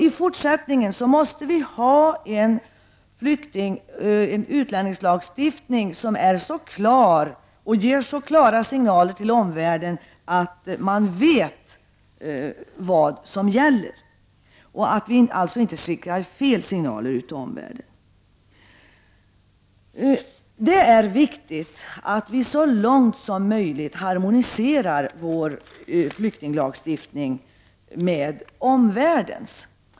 I fortsättningen måste vi ha en utlänningslagstiftning som är så klar och ger så tydliga signaler till omvärlden att människor vet vad som gäller. Vi får alltså inte skicka fel signaler till omvärlden. Det är viktigt att vi så långt som möjligt harmoniserar vår flyktinglagstiftning med omvärldens.